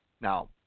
Now